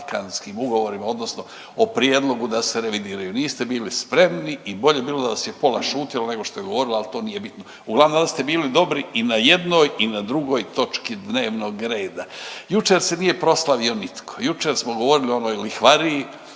ugovorima, odnosno o prijedlogu da se revidiraju. Niste bili spremni i bolje bi bilo da vas je pola šutjelo, nego što je govorilo, ali to nije bilo. Uglavnom danas ste bili dobri i na jednoj i na drugoj točki dnevnog reda. Jučer se nije proslavio nitko, jučer smo govorili o onoj lihvariji,